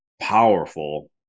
powerful